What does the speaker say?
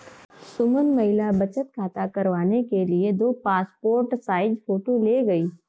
सुमन महिला बचत खाता करवाने के लिए दो पासपोर्ट साइज फोटो ले गई